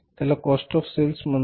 त्याला cost of sale असे म्हणतात